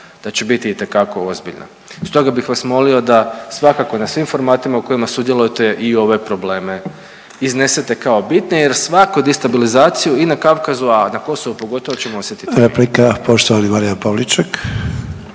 da će biti itekako ozbiljna. Stoga bih vas molimo da svakako na svim formatima u kojima sudjelujete i ove probleme iznesete kao bitne jer svaku distabilizaciji i na Kavkazu, a na Kosovu pogotovo ćemo osjetiti mi. **Sanader, Ante